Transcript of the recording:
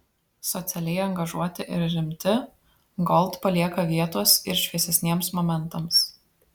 socialiai angažuoti ir rimti gold palieka vietos ir šviesesniems momentams